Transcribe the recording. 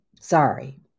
Sorry